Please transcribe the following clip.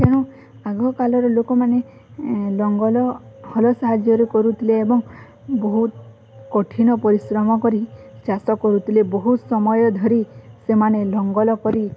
ତେଣୁ ଆଗକାଳର ଲୋକମାନେ ଲଙ୍ଗଲ ହଳ ସାହାଯ୍ୟରେ କରୁଥିଲେ ଏବଂ ବହୁତ କଠିନ ପରିଶ୍ରମ କରି ଚାଷ କରୁଥିଲେ ବହୁତ ସମୟ ଧରି ସେମାନେ ଲଙ୍ଗଳ କରି